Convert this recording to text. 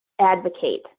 advocate